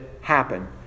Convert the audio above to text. happen